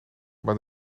maar